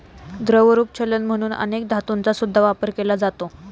द्रवरूप चलन म्हणून अनेक धातूंचा सुद्धा वापर केला जातो